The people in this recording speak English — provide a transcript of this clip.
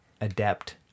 adept